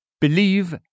believe